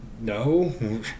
No